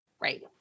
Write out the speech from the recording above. right